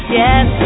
yes